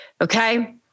Okay